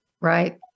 Right